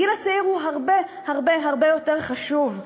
הגיל הצעיר הוא הרבה הרבה הרבה יותר חשוב.